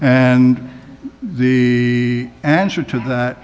and the answer to that